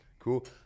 Cool